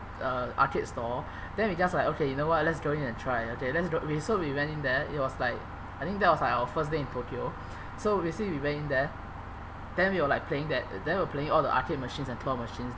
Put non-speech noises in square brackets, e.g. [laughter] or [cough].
uh arcade store [breath] then we just like okay you know what let's go in and try okay let's go so we went in there it was like I think that was like our first day in tokyo [breath] so basically we went in there then we were playing that then we were playing all the arcade machines and claw machines